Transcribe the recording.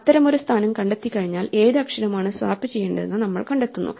അത്തരമൊരു സ്ഥാനം കണ്ടെത്തിക്കഴിഞ്ഞാൽ ഏത് അക്ഷരമാണ് സ്വാപ്പ് ചെയ്യേണ്ടതെന്ന് നമ്മൾ കണ്ടെത്തുന്നു